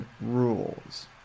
rules